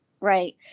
right